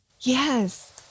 Yes